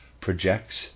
Projects